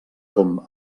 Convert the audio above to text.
com